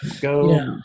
go